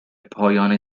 پایان